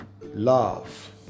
love